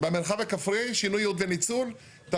במרחב הכפרי שינוי ייעוד וניצול אתה